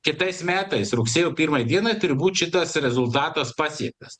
kitais metais rugsėjo pirmai dienai turi būt šitas rezultatas pasiektas